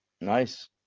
Nice